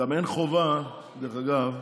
גם אין חובה, דרך אגב,